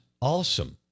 awesome